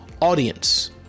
audience